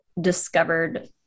discovered